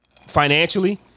Financially